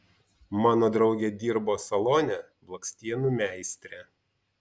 mano draugė dirbo salone blakstienų meistre